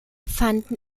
fanden